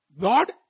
God